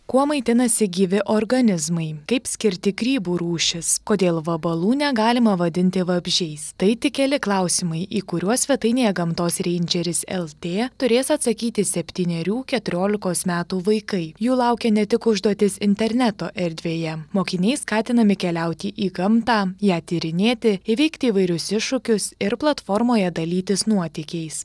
kuo maitinasi gyvi organizmai kaip skirti grybų rūšis kodėl vabalų negalima vadinti vabzdžiais tai tik keli klausimai į kuriuos svetainėje gamtos reindžeris lt turės atsakyti septynerių keturiolikos metų vaikai jų laukia ne tik užduotys interneto erdvėje mokiniai skatinami keliauti į gamtą ją tyrinėti įveikti įvairius iššūkius ir platformoje dalytis nuotykiais